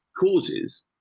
Causes